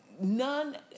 None